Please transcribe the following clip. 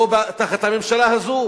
לא תחת הממשלה הזו,